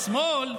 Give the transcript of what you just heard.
השמאל,